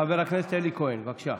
חבר הכנסת אלי כהן, בבקשה.